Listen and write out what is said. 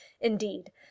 indeed